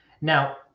now